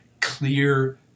clear